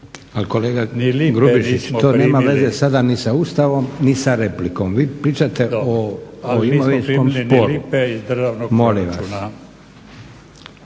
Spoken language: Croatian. Ali kolega Grubišić to nema veze sada ni sa Ustavom, ni sa replikom. Vi pričate o imovinskom sporu. Molim vas./…